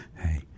hey